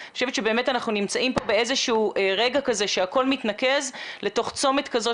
אני חושבת שבאמת אנחנו נמצאים פה ברגע שהכול מתנקז לתוך צומת כזה,